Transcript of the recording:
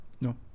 No